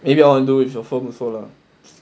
maybe I want to do with the firm also lah